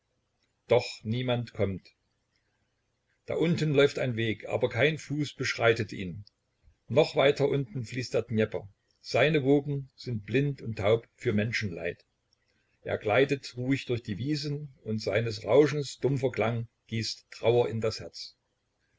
doch niemand kommt da unten läuft ein weg aber kein fuß beschreitet ihn noch weiter unten fließt der dnjepr seine wogen sind blind und taub für menschenleid er gleitet ruhig durch die wiesen und seines rauschens dumpfer klang gießt trauer in das herz